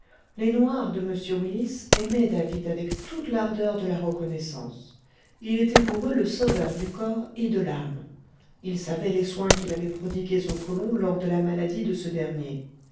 les noirs de m willis aimaient david avec toute l'ardeur de la reconnaissance il était pour eux le sauveur du corps et de l'âme ils savaient les soins qu'il avait prodigués au colon lors de la maladie de ce dernier